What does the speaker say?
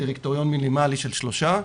דירקטוריון מינימלי של שלושה.